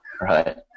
Right